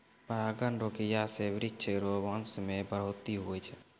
परागण रो क्रिया से वृक्ष रो वंश मे बढ़ौतरी हुवै छै